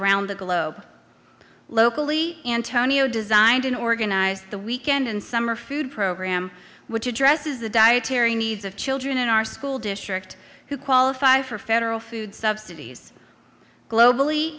around the globe locally antonio designed an organized the weekend and summer food program which addresses the dietary needs of children in our school district who qualify for federal food subsidies globally